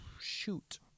Shoot